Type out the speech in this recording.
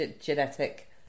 genetic